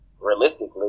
realistically